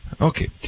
Okay